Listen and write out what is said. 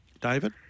David